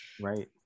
Right